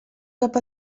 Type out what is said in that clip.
cap